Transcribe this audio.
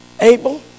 Abel